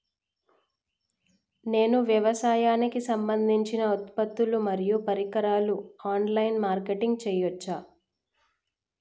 నేను వ్యవసాయానికి సంబంధించిన ఉత్పత్తులు మరియు పరికరాలు ఆన్ లైన్ మార్కెటింగ్ చేయచ్చా?